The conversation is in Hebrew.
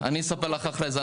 אספר לך אחרי זה.